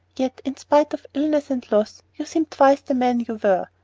yet, in spite of illness and loss, you seem twice the man you were,